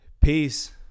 Peace